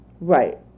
Right